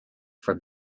from